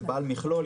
בעל מכלול,